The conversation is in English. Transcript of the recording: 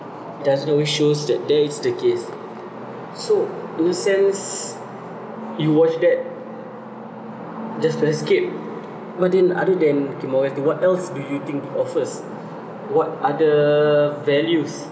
does not show that there is the case so in a sense you watch that just to escape but then other than okay morality what else do you think it offers what other values